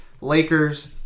Lakers